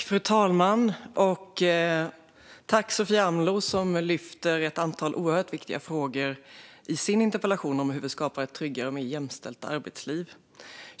Fru talman! Jag vill tacka Sofia Amloh, som lyfter upp ett antal oerhört viktiga frågor i sin interpellation om hur vi skapar ett tryggare och mer jämställt arbetsliv.